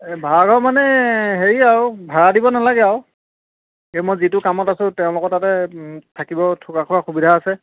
এই ভাড়াঘৰ মানে হেৰি আৰু ভাড়া দিব নালাগে আৰু এই মই যিটো কামত আছোঁ তেওঁলোকৰ তাতে থাকিব থকা খোৱা সুবিধা আছে